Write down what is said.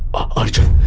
arjun.